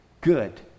good